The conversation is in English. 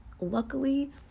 luckily